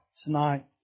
tonight